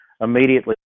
immediately